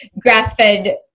grass-fed